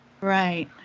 Right